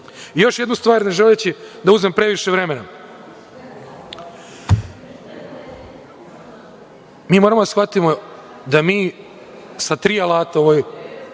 jednu stvar, ne želeći da uzmem previše vremena, mi moramo da shvatimo da mi sa tri alata u ovoj